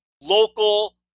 local